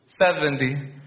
Seventy